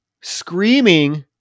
screaming